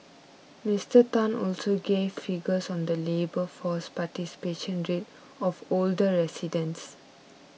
Mister Tan also gave figures on the labour force participation rate of older residents